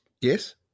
Yes